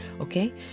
okay